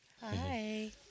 Hi